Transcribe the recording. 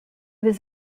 was